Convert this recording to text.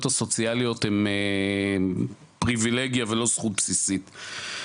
הסוציאליות הן פריבילגיה ולא זכות בסיסית.